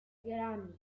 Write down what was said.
grammy